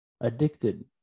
Addicted